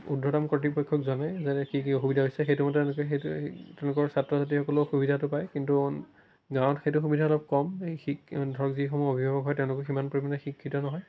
উৰ্দ্ধতম কৰ্তৃপক্ষক জনায় যেনে কি কি অসুবিধা হৈছে সেইটোমতে তেওঁলোকে সেইটোৱে তেওঁলোকৰ ছাত্ৰ ছাত্ৰীসকলেও সুবিধাটো পাই কিন্তু গাঁৱত সেইটো সুবিধা অলপ কম সেই শিক ধৰক যিসমূহ অভিভাৱক হয় তেওঁলোকে সিমান পৰিমাণে শিক্ষিত নহয়